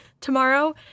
tomorrow